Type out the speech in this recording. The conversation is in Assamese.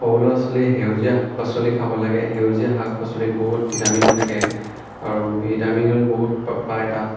সৰু ল'ৰা ছোৱালীয়ে সেউজীয়া শাক পাচলি খাব লাগে সেউজীয়া শাক পাচলিত বহুত ভিটামিন থাকে আৰু ভিটামিন বহুত পায় তাত